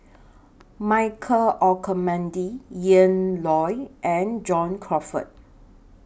Michael Olcomendy Ian Loy and John Crawfurd